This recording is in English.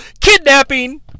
Kidnapping